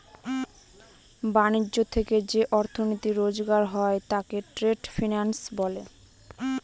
ব্যাণিজ্য থেকে যে অর্থনীতি রোজগার হয় তাকে ট্রেড ফিন্যান্স বলে